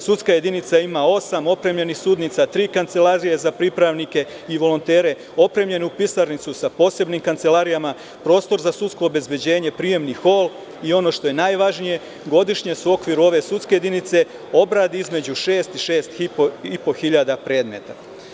Sudska jedinica ima osam opremljenih sudnica, tri kancelarije za pripravnike i volontere, opremljenu pisarnicu sa posebnim kancelarijama, prostor za sudsko obezbeđenje, prijemni hol i ono što je najvažnije godišnje se u okviru ove sudske jedinice obradi između šest i šest i po hiljada predmeta.